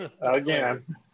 again